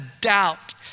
doubt